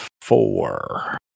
Four